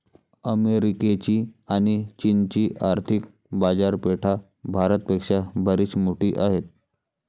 अमेरिकेची आणी चीनची आर्थिक बाजारपेठा भारत पेक्षा बरीच मोठी आहेत